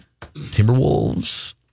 Timberwolves